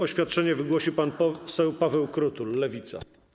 Oświadczenie wygłosi pan poseł Paweł Krutul, Lewica.